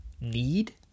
need